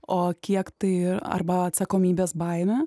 o kiek tai ir arba atsakomybės baimė